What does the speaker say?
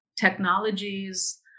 technologies